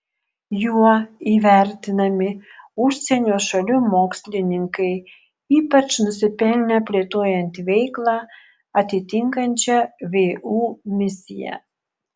juo įvertinami užsienio šalių mokslininkai ypač nusipelnę plėtojant veiklą atitinkančią vu misiją